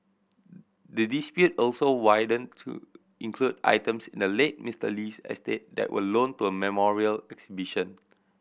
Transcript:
the dispute also widened to include items in the late Mister Lee's estate that were loaned to a memorial exhibition